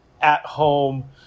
at-home